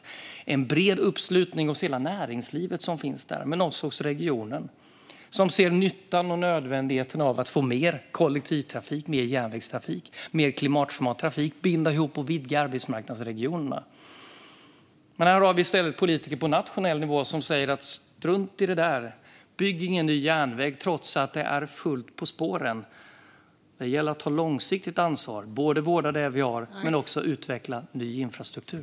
Det finns en bred uppslutning hos hela näringslivet men också hos regionen, som ser nyttan och nödvändigheten av att få mer kollektivtrafik, mer järnvägstrafik och mer klimatsmart trafik och att binda ihop och vidga arbetsmarknadsregionerna. Men här har vi i stället politiker på nationell nivå som säger "strunt i det där"! Bygg ingen ny järnväg, trots att det är fullt på spåren! Det gäller att ta långsiktigt ansvar och både vårda det vi har och utveckla ny infrastruktur.